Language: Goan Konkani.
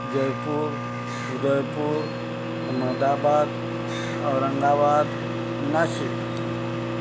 जयपूर उदयपूर अहमदाबाद औरंगाबाद नाशीक